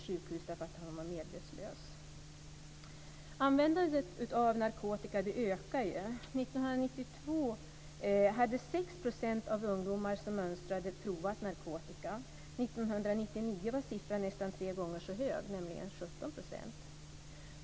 Så sent som under helgen fick en 50-årig man föras medvetslös till sjukhus. var andelen nästan tre gånger så hög, nämligen 17 %.